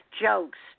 jokes